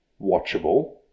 watchable